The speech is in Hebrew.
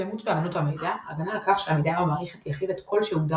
שלמות ואמינות המידע – הגנה על כך שהמידע במערכת יכיל את כל שהוגדר